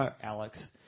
Alex